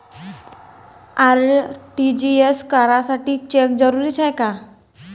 RTGS करासाठी cheque जरुरीचा हाय काय?